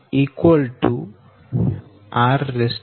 23